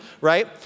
right